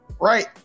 Right